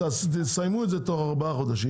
תסיימו את זה תוך ארבעה חודשים,